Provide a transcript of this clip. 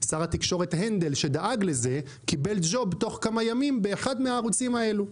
שר התקשורת הנדל שדאג לזה קיבל ג'וב תוך כמה ימים באחד מהערוצים האלה.